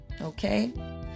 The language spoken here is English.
Okay